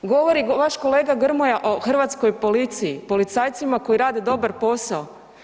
Govori vaš kolega Grmoja o Hrvatskoj policiji, policajcima koji rade dobar posao.